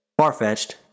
Far-fetched